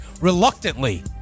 Reluctantly